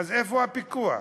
אז איפה הפיקוח?